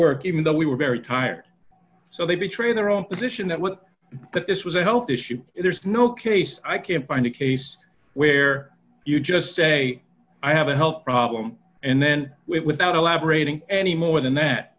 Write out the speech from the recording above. work even though we were very tired so they betray their own position that was that this was a health issue there's no case i can find a case where you just say i have a health problem and then without elaborating any more than that